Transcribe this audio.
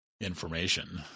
information